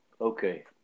Okay